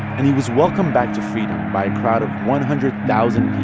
and he was welcomed back to freedom by a crowd of one hundred thousand